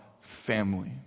family